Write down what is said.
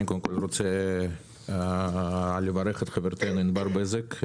אני קודם כול רוצה לברך את חברתנו ענבל בזק.